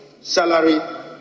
salary